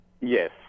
Yes